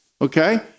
okay